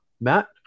matt